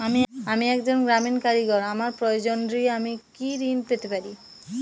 আমি একজন গ্রামীণ কারিগর আমার প্রয়োজনৃ আমি কি ঋণ পেতে পারি?